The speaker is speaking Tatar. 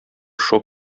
шок